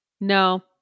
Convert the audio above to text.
no